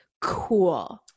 cool